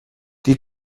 die